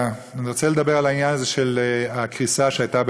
הנתונים מראים ששיעור העניים במשפחות שבהן שני